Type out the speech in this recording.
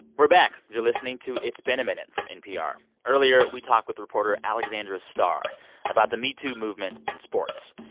we're back. you're listening to it's been a minute from npr. earlier, we talked with reporter alexandra starr about the metoo movement in sports.